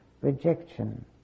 rejection